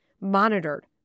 monitored